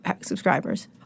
subscribers